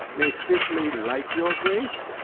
may fitly like your grace,